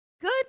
good